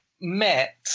met